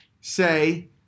say